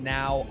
now